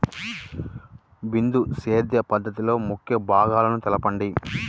బిందు సేద్య పద్ధతిలో ముఖ్య భాగాలను తెలుపండి?